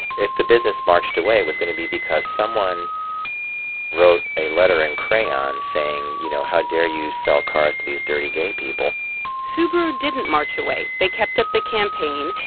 if the business marched away, it was going to be because someone wrote a letter in crayon saying, you know, how dare you sell cars to these dirty gay people subaru didn't march away. they kept up the campaign.